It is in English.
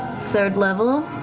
third level,